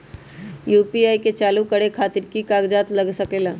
UPI के चालु करे खातीर कि की कागज़ात लग सकेला?